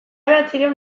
bederatziehun